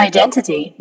Identity